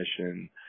mission